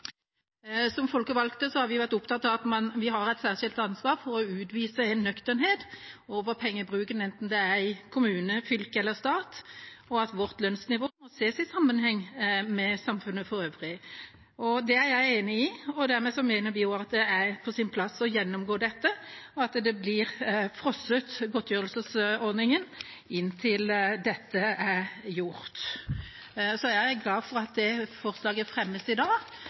Som folkevalgte har vi vært opptatt av at vi har et særskilt ansvar for å utvise nøkternhet i pengebruken, enten det er i kommune, fylke eller stat, og at vårt lønnsnivå må ses i sammenheng med samfunnet for øvrig. Det er jeg enig i, og dermed mener vi at det er på sin plass å gjennomgå dette, og at godtgjørelsesordningen blir frosset inntil dette er gjort. Jeg er glad for at det forslaget fremmes i dag.